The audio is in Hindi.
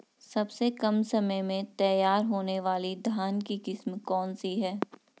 सबसे कम समय में तैयार होने वाली धान की किस्म कौन सी है?